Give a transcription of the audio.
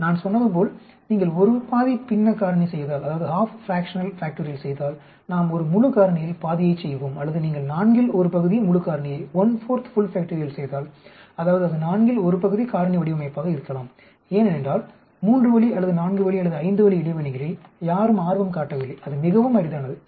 நான் சொன்னது போல் நீங்கள் ஒரு பாதி பின்ன காரணி செய்தால் நாம் ஒரு முழு காரணியில் பாதியைச் செய்வோம் அல்லது நீங்கள் நான்கில் ஒரு பகுதி முழு காரணியைச் செய்தால் அதாவது அது நான்கில் ஒரு பகுதி காரணி வடிவமைப்பாக இருக்கலாம் ஏனென்றால் மூன்று வழி அல்லது நான்கு வழி அல்லது ஐந்து வழி இடைவினைகளில் யாரும் ஆர்வம் காட்டவில்லை அது மிகவும் அரிதானது